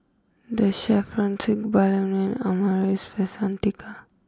the Chevron and Amaris by Santika